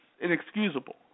inexcusable